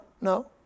no